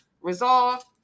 resolve